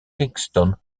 kingston